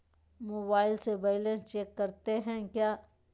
Mobile से balance check करते हैं क्या?